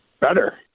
better